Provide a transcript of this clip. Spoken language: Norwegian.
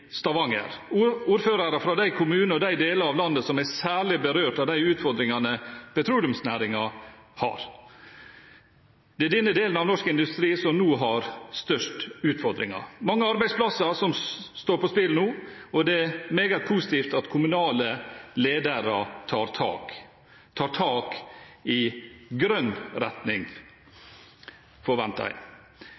Stavanger – ordførere fra de kommunene og de delene av landet som er særlig berørt av de utfordringene petroleumsnæringen har. Det er denne delen av norsk industri som nå har størst utfordringer. Mange arbeidsplasser står på spill nå, og det er meget positivt at kommunale ledere tar tak – og jeg forventer at de tar tak i grønn retning.